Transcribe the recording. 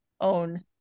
own